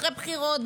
אחרי בחירות,